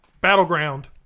Battleground